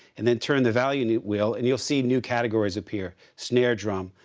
and then turn the value wheel and you'll see new categories appear. snare drum,